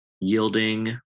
yielding